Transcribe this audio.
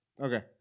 Okay